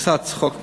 עושה צחוק מהם,